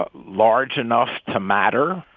but large enough to matter.